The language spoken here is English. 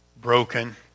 broken